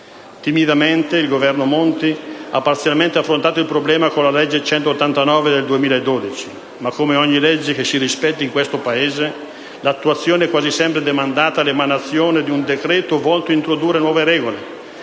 Timidamente il Governo Monti ha parzialmente affrontato il problema con la legge n. 189 del 2012 ma, come ogni legge che si rispetti in questo Paese, l'attuazione è quasi sempre demandata all'emanazione di un decreto volto ad introdurre nuove regole,